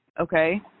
Okay